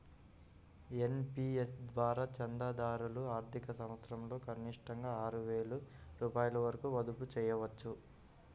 NPS ద్వారా చందాదారులు ఆర్థిక సంవత్సరంలో కనిష్టంగా ఆరు వేల రూపాయల వరకు మదుపు చేయవచ్చు